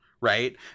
right